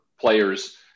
players